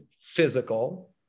physical